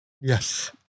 yes